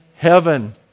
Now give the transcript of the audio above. Heaven